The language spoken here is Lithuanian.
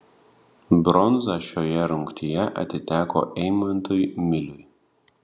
bronza šioje rungtyje atiteko eimantui miliui